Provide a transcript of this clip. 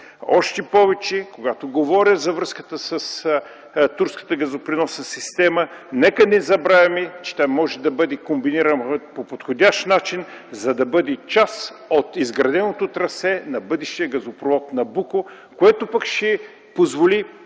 Още повече, когато говоря за връзката с турската газопреносна система, нека не забравяме, че тя може да бъде комбинирана по подходящ начин, за да бъде част от изграденото трасе на бъдещия газопровод „Набуко”, което пък ще позволи